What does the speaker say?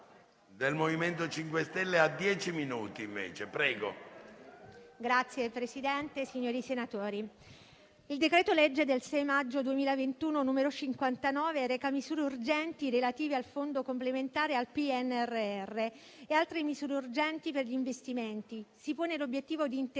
Signor Presidente, signori senatori, il decreto-legge n. 59 del 6 maggio 2021 reca misure urgenti relative al fondo complementare al PNRR e altre misure urgenti per gli investimenti; si pone l'obiettivo di integrare